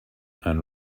and